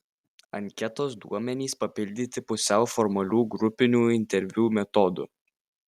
anketos duomenys papildyti pusiau formalių grupinių interviu metodu